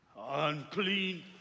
Unclean